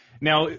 Now